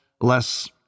less